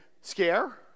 scare